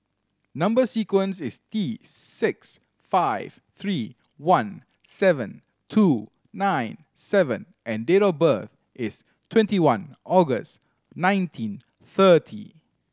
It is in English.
number sequence is T six five three one seven two nine seven and date of birth is twenty one August nineteen thirty